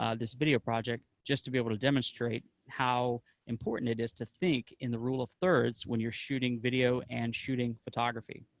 ah this video project, just to be able to demonstrate how important it is to think in the rule of thirds when you're shooting video and shooting photography.